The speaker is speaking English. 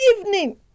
evening